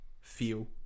feel